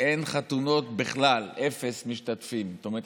אין חתונות בכלל, אפס משתתפים, זאת אומרת.